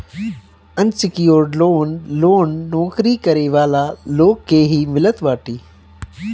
unsecured loan loan नोकरी करे वाला लोग के ही मिलत बाटे